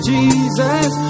Jesus